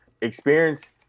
experience